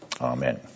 amen